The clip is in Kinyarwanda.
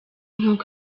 nkuko